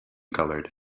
colored